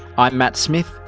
i'm matt smith,